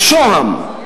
בשוהם,